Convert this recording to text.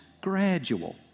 gradual